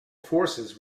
forces